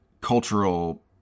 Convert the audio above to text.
cultural